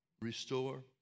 restore